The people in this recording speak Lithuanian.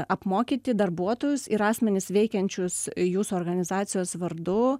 apmokyti darbuotojus ir asmenis veikiančius jūsų organizacijos vardu